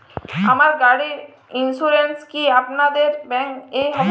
আমার গাড়ির ইন্সুরেন্স কি আপনাদের ব্যাংক এ হবে?